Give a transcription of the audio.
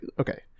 okay